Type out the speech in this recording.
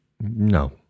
No